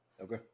Okay